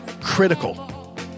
critical